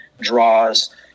draws